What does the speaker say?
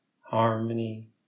Harmony